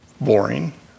boring